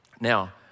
Now